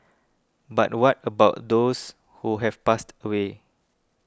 but what about those who have passed away